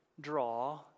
draw